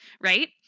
right